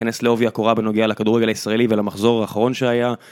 נכנס לעובי הקורה בנוגע לכדורגל הישראלי ולמחזור האחרון שהיה